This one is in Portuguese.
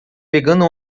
pegando